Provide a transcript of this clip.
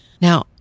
Now